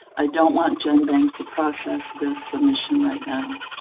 i don't want genbank to process this submission right now.